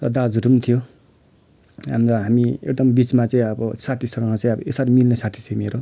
दाजुहरू पनि थियो अन्त हामी एकदम बिचमा चाहिँ अब साथीसँग चाहिँ अब यसरी मिल्ने साथी थियो मेरो